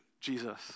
Jesus